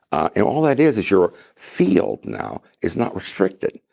and all that is is your field now is not restricted.